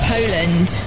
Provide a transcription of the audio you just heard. Poland